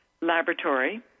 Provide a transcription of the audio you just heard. laboratory